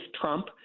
Trump